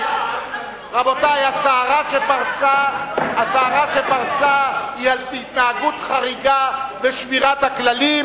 הסערה שפרצה היא על התנהגות חריגה ושבירת הכללים,